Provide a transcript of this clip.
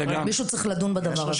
מישהו צריך לדון בדבר הזה.